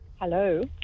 hello